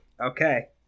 Okay